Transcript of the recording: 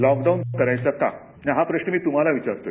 lockdown करायचा का आणि हा प्रश्न मी तुम्हाला विचारतो